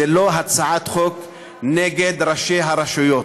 זו לא הצעת חוק נגד ראשי הרשויות,